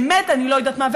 באמת אני לא יודעת במה.